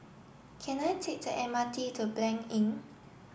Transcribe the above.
can I take the M R T to Blanc Inn